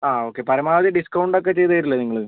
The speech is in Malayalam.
ആ ഓക്കെ പരമാവധി ഡിസ്കൗണ്ട് ഒക്കെ ചെയ്ത് തരില്ലേ നിങ്ങൾ